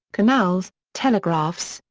canals, telegraphs,